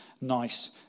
nice